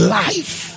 life